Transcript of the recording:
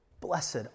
Blessed